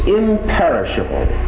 imperishable